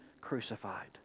crucified